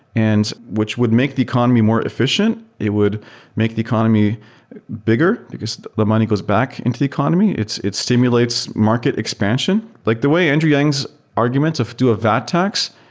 and which would make the economy more efficient. it would make the economy bigger, because the money goes back into the economy. it stimulates market expansion. like the way andrew yang's argument of do a vat tax,